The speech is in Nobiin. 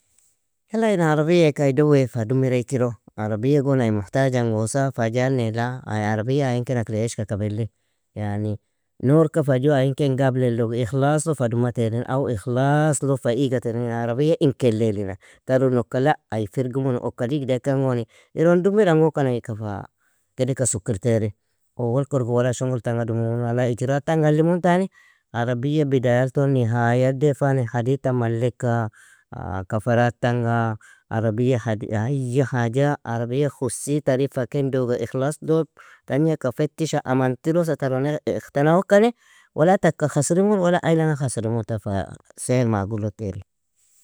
Yala in arabiya eaka ai do wea fa dumirei kiro, arabiya gon ai muhtajan gosa fa jani? La, ai arabiya ain ken akali iyeshka kabile, yani nourka fa ju ain ken gable log ikhlas lo fa duma teelin aw ikhlas lo fa iga tair in arabiya in kelee lina. Taronon eka la ai firgimun uokka digda ikan goni, iron dumiran gokan ai ika fa kedeka sukir taire, owol ka orgon wala shongir tanga dumimun wala ijraatanga alimuntani, arabiya bidayalton nihaya defani, hadita mallika, kafarat tanga, arabiya had_ai haja arabiya khosi tarin fa ken doga ikhlas log tagnieka fetisha amantirosa, taron iqtenaokani, wala taka khasrimu wala ailanga khasrimu ta fa seier magulo teari.